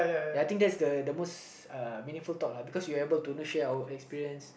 ya I think that's the the most uh meaningful talk lah because we are able to you know share our experience